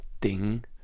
Ding